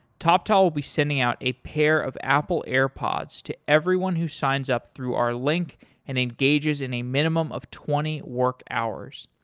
toptal will be sending out a pair of apple airpods to everyone who signs up through our link and engages in a minimum of twenty work hours.